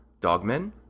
Dogmen